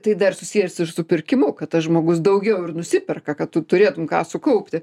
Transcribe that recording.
tai dar susiję ir ir su pirkimu kad tas žmogus daugiau ir nusiperka kad tu turėtum ką sukaupti